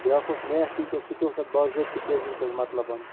بیٛاکھ اوس math teacher سُہ تہِ اوس تَتھ بظٲبتہٕ کٲشِر پٲٹھۍ مطلب وَنان